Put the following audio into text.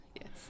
Yes